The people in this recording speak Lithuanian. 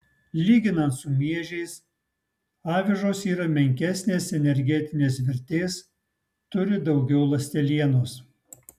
lyginant su miežiais avižos yra menkesnės energetinės vertės turi daugiau ląstelienos